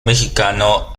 mexicano